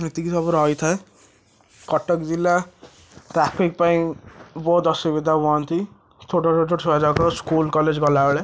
ଏତିକି ସବୁ ରହିଥାଏ କଟକ ଜିଲ୍ଲା ଟ୍ରାଫିକ ପାଇଁ ବହୁତ ଅସୁବିଧା ହୁଅନ୍ତି ଛୋଟଛୋଟ ଛୁଆ ଯାଉଥିବା ସ୍କୁଲ କଲେଜ ଗଲାବେଳେ